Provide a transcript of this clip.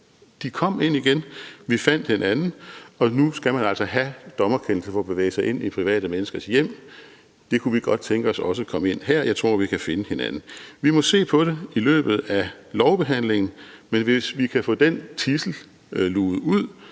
De kom ind igen, vi fandt hinanden, og nu skal man altså have en dommerkendelse for at bevæge sig ind i private menneskers hjem. Det kunne vi godt tænke os også kom ind her – jeg tror, vi kan finde hinanden. Vi må se på det i løbet af lovbehandlingen, men hvis vi kan få den tidsel luget ud,